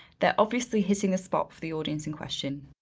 they're obviously hitting a spot for the audience in question.